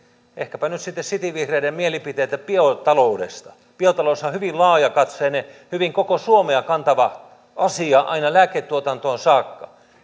ehkäpä nyt sitten cityvihreiden mielipiteitä biotaloudesta biotaloushan on hyvin laajakatseinen hyvin koko suomea kantava asia aina lääketuotantoon saakka